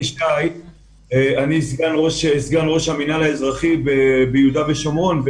אני סגן ראש המינהל האזרחי ביהודה ושומרון.